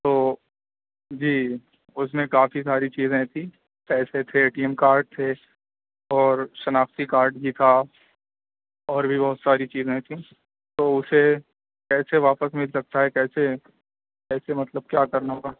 تو جی اُس میں کافی ساری چیزیں تھیں پیسے تھے اے ٹی ایم کارڈ تھے اور شناختی کارڈ بھی تھا اور بھی بہت ساری چیزیں تھیں تو اُسے کیسے واپس مِل سکتا ہے کیسے کیسے مطلب کیا کرنا ہوگا